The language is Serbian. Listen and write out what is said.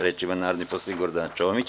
Reč ima narodni poslanik Gordana Čomić.